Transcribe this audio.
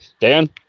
Dan